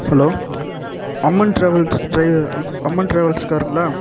hello Amman travels driver Amman travels காருங்களா